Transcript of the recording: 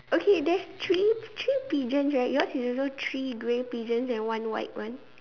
okay there's three three pigeons right yours is also three grey pigeons and one white one